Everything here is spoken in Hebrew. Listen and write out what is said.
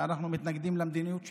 שאנחנו מתנגדים למדיניות שלה.